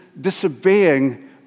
disobeying